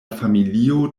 familio